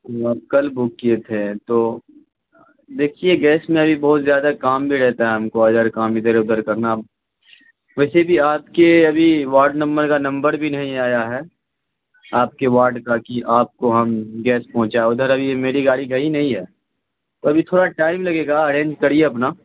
کل بک کیے تھے تو دیکھیے گیس میں ابھی بہت زیادہ کام بھی رہتا ہے ہم کو ہزار کام ادھر ادھر کرنا ویسے بھی آپ کے ابھی وارڈ نمبر کا نمبر بھی نہیں آیا ہے آپ کے وارڈ کا کہ آپ کو ہم گیس پہنچائیں ادھر ابھی میری گاڑی گئی نہیں ہے تو ابھی تھوڑا ٹائم لگے گا ارینج کریے اپنا